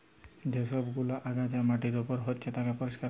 যে সব গুলা আগাছা মাটির উপর হচ্যে তাকে পরিষ্কার ক্যরা